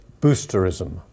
boosterism